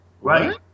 Right